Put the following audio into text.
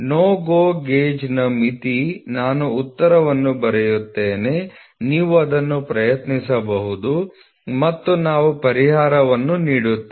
NO GO ಗೇಜ್ನ ಮಿತಿ ನಾನು ಉತ್ತರವನ್ನು ಬರೆಯುತ್ತೇನೆ ನೀವು ಇದನ್ನು ಪ್ರಯತ್ನಿಸಬಹುದು ಮತ್ತು ನಾವು ಪರಿಹಾರವನ್ನು ನೀಡುತ್ತೇವೆ